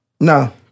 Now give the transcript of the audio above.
No